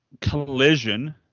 collision